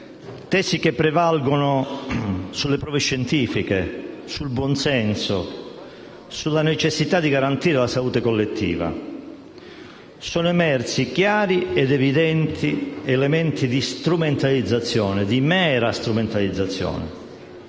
tesi che prevalgono sulle prove scientifiche, sul buon senso, sulla necessità di garantire la salute collettiva. Sono emersi chiari ed evidenti elementi di strumentalizzazione, di mera strumentalizzazione.